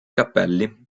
cappelli